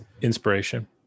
Inspiration